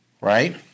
right